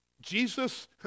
Jesus